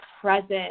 present